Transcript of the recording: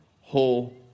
whole